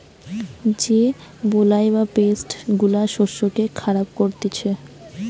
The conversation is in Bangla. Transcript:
যে বালাই বা পেস্ট গুলা শস্যকে খারাপ করতিছে